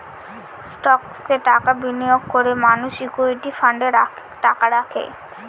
স্টকসে টাকা বিনিয়োগ করে মানুষ ইকুইটি ফান্ডে টাকা রাখে